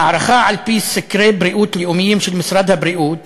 הערכה על-פי סקרי בריאות לאומיים של משרד הבריאות